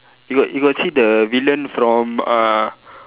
you got you got see the villain from uh